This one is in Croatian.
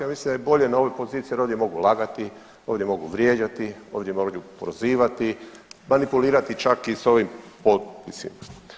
Mislim da je bolje na ovoj poziciji, jer ovdje mogu lagati, ovdje mogu vrijeđati, ovdje mogu prozivati, manipulirati čak i s ovim potpisima.